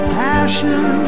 passion